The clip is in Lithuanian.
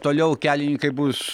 toliau kelininkai bus